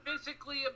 physically